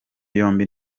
yombi